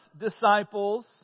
disciples